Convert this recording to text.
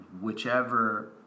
whichever